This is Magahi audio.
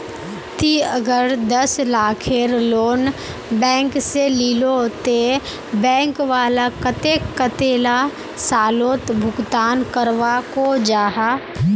ती अगर दस लाखेर लोन बैंक से लिलो ते बैंक वाला कतेक कतेला सालोत भुगतान करवा को जाहा?